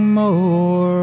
more